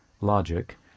logic